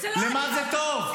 למה זה טוב?